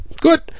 Good